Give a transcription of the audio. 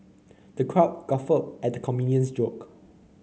the crowd guffawed at the comedian's joke